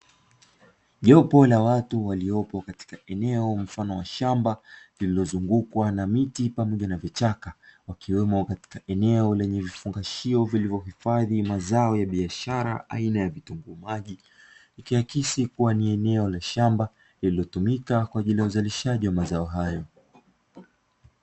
Jopo la watu waliopo katika eneo mfano wa shamba lililozungukwa na miti pamoja na vichaka wakiwemo katika eneo lenye vifungashio vilivyohifadhi mazao ya biashara aina ya vitunguu maji ikiakisi kuwa ni eneo la shamba lililotumika kwa ajili ya uzalishaji wa mazao hayo.